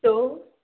so